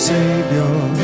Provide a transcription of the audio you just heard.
Savior